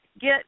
get